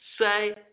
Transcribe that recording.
say